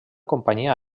companyia